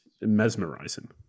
mesmerizing